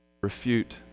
refute